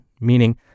meaning